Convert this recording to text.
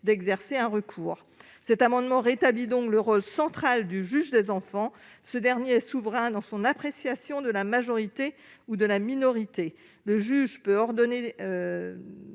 d'exercer un recours. Cet amendement rétablit donc le rôle central du juge des enfants. Ce dernier est souverain dans son appréciation de la majorité ou de la minorité. Il peut ordonner